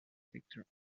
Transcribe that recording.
sector